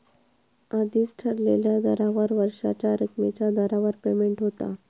आधीच ठरलेल्या दरावर वर्षाच्या रकमेच्या दरावर पेमेंट होता